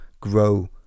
grow